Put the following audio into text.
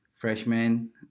freshman